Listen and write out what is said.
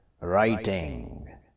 writing